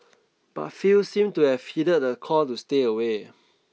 but few seemed to have heeded the call to stay away